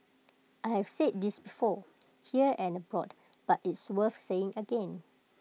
I have said this before here and abroad but it's worth saying again